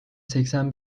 seksen